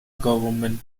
government